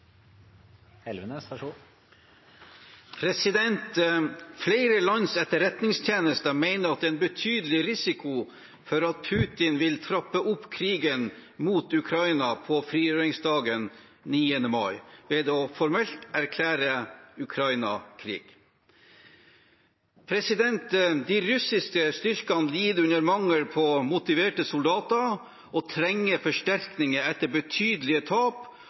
Flere lands etterretningstjeneste mener det er en betydelig risiko for at Putin vil trappe opp krigen mot Ukraina på frigjøringsdagen 9. mai ved formelt å erklære krig mot Ukraina. De russiske styrkene lider under mangel på motiverte soldater og trenger forsterkninger etter betydelige tap